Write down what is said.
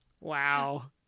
Wow